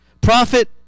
Prophet